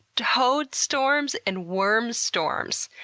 toad storms and worm storms.